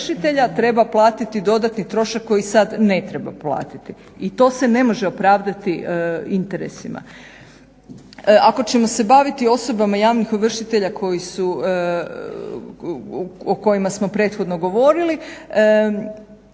treba platiti dodatni trošak koji sad ne treba platiti i to se ne može opravdati interesima. Ako ćemo se baviti osobama javnih ovršitelja o kojima smo prethodno govorili,